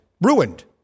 Ruined